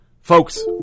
folks